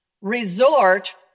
resort